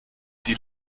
die